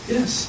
Yes